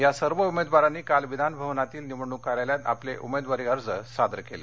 या सर्व उमेदवारांनी काल विधानभवनातील निवडणुक कार्यालयात आपले उमेदवारी अर्ज सादर केले